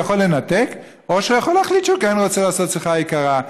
הוא יכול לנתק או להחליט שהוא כן רוצה לעשות שיחה יקרה.